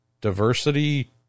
diversity